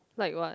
like what